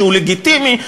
שהוא לגיטימי,